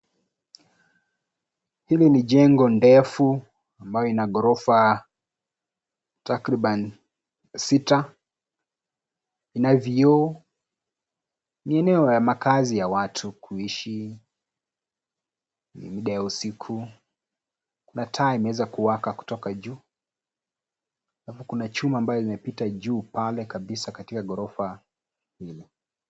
Hili ni jengo ndefu ambayo ina gorofa takriban sita, ina vioo. Ni eneo ya makazi ya watu kuishi, ni mda wa usiku, mataa imeweza kuwaka kutoka juu, hapo kuna chuma ambayo imepita juu pale kabisa katika gorofa lile.